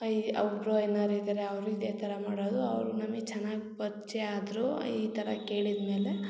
ಅಯ್ ಅಬ್ರು ಐನೋರು ಇದ್ದಾರೆ ಅವರು ಇದೆ ಥರ ಮಾಡೋದು ಅವ್ರು ನಮಗೆ ಚೆನ್ನಾಗಿ ಪರಿಚಯ ಆದರು ಈ ಥರ ಕೇಳಿದ್ಮೇಲೆ